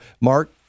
Mark